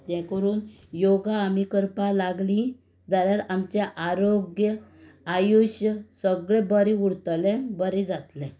तें करून योगा आमी करपा लागलीं जाल्यार आमचें आरोग्य आयुश्य सगळें बरें उरतलें बरें जातलें